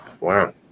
Wow